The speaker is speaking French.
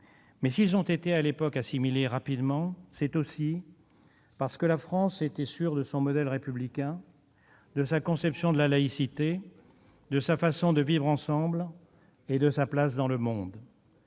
ces derniers ont été assimilés rapidement, c'est aussi parce que la France était sûre de son modèle républicain, de sa conception de la laïcité, de sa façon de vivre ensemble et de sa place dans le monde.